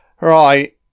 Right